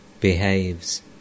Behaves